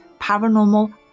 paranormal